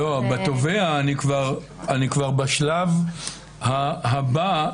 אצל התובע אני כבר בשלב הבא.